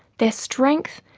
their strength,